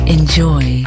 Enjoy